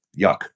yuck